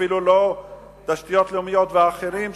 אפילו לא ממשרד התשתיות הלאומיות ואחרים,